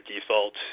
default